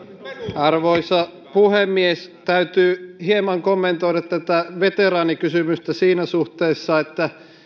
arvoisa puhemies täytyy hieman kommentoida veteraanikysymystä siinä suhteessa että